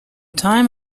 time